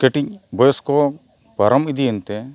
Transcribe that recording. ᱠᱟᱹᱴᱤᱡ ᱵᱚᱭᱚᱥ ᱠᱚ ᱯᱟᱨᱚᱢ ᱤᱫᱤᱭᱮᱱ ᱛᱮ